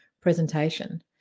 presentation